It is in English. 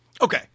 Okay